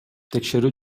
текшерүү